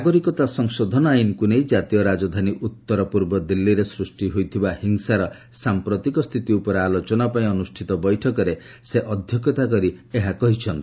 ନାଗରିକତା ସଂଶୋଧନ ଆଇନ୍କୁ ନେଇ ଜାତୀୟ ରାଜଧାନୀ ଉତ୍ତରପୂର୍ବ ଦିଲ୍ଲୀରେ ସୃଷ୍ଟି ହୋଇଥିବା ହିଂସାର ସାମ୍ପ୍ରତିକ ସ୍ଥିତି ଉପରେ ଆଲୋଚନା ପାଇଁ ଅନ୍ଦ୍ରଷ୍ଠିତ ବୈଠକରେ ସେ ଅଧ୍ୟକ୍ଷତା କରିଥିଲେ